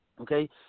Okay